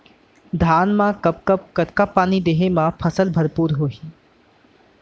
धान मा कब कब कतका पानी देहे मा फसल भरपूर होही?